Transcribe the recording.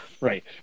Right